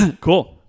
Cool